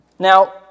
Now